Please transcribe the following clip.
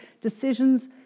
decisions